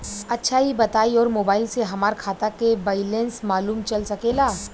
अच्छा ई बताईं और मोबाइल से हमार खाता के बइलेंस मालूम चल सकेला?